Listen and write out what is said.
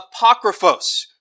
Apocryphos